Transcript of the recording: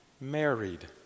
married